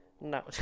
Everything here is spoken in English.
no